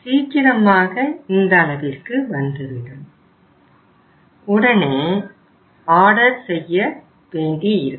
சீக்கிரமாக இந்த அளவிற்கு வந்து விடும் உடனே ஆர்டர் செய்ய வேண்டியிருக்கும்